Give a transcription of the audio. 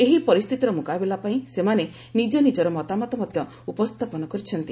ଏହି ପରିସ୍ଥିତିର ମୁକାବିଲା ପାଇଁ ସେମାନେ ନିଜନିଜର ମତାମତ ମଧ୍ୟ ଉପସ୍ଥାପନ କରିଛନ୍ତି